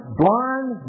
blind